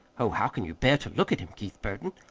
oh, how can you bear to look at him, keith burton?